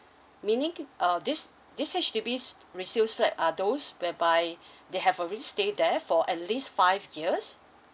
meaning uh this this H_D_B resales flat are those whereby they have already stay there for at least five years